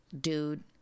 dude